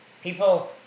People